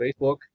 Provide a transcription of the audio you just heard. Facebook